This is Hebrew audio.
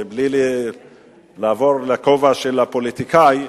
ובלי לעבור לכובע של הפוליטיקאי,